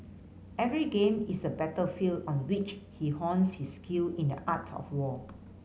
every game is a battlefield on which he hones his skill in the art of war